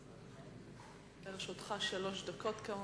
לרשותך שלוש דקות.